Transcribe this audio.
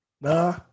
Nah